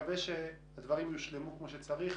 נקווה שהדברים יושלמו כפי שצריך.